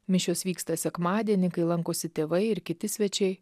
mišios vyksta sekmadienį kai lankosi tėvai ir kiti svečiai